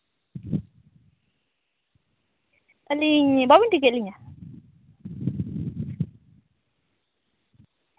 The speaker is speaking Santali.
ᱟᱹᱞᱤᱧ ᱵᱟᱵᱮᱱ ᱴᱷᱤᱠᱟᱹᱭᱮᱫ ᱞᱤᱧᱟᱹ